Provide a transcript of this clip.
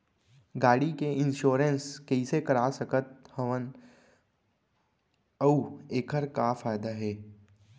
गाड़ी के इन्श्योरेन्स कइसे करा सकत हवं अऊ एखर का फायदा हे?